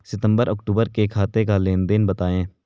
सितंबर अक्तूबर का खाते का लेनदेन बताएं